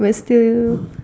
but still